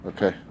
Okay